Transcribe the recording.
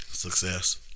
Success